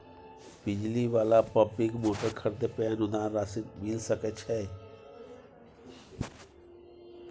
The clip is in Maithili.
बिजली वाला पम्पिंग मोटर खरीदे पर अनुदान राशि मिल सके छैय?